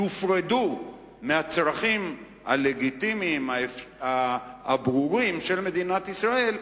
יופרדו מהצרכים הלגיטימיים הברורים של מדינת ישראל,